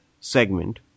segment